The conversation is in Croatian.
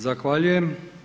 Zahvaljujem.